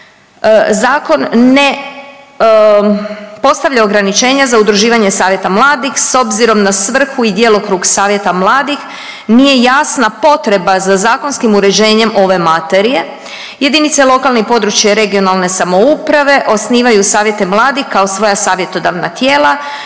Zakon ne postavlja ograničenje za udruživanje savjeta mladih, s obzirom na svrhu i djelokrug savjeta mladih, nije jasna potreba za zakonskim uređenjem ove materije, jedinice lokalne i područne (regionalne) samouprave osnivaju savjete mladih kao svoja savjetodavna tijela